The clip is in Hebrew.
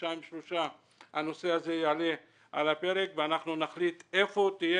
חודשיים-שלושה הנושא הזה יעלה על הפרק ואנחנו נחליט היכן זה יהיה.